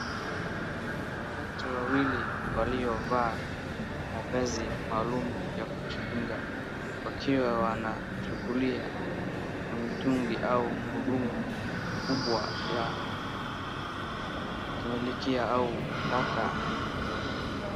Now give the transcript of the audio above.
Watu wawili waliovaa mavazi maalum ya kujikinga wakiwa wanachukua kwa mitungu au mhudumu mkubwa ya kimlikia au raka.